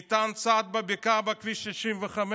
מטען צד בבקעה בכביש 65,